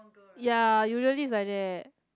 ya usually is like that